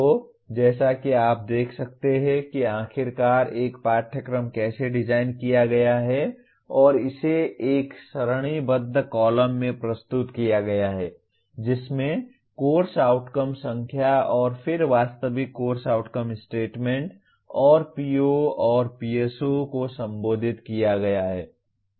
तो जैसा कि आप देख सकते हैं कि आखिरकार एक पाठ्यक्रम कैसे डिज़ाइन किया गया है और इसे एक सारणीबद्ध कॉलम में प्रस्तुत किया गया है जिसमें कोर्स आउटकम संख्या और फिर वास्तविक कोर्स आउटकम स्टेटमेंट और PO और PSO को संबोधित किया गया है